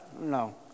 No